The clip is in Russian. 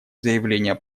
заявление